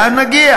אז לאן נגיע?